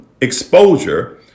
exposure